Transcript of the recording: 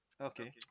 Okay